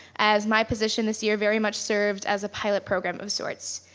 as my position this year very much served as a pilot program of sorts.